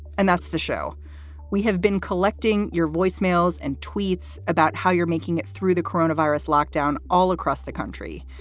and that's the show we have been collecting your voicemails and tweets about how you're making it through the coronavirus lockdown all across the country.